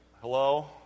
Hello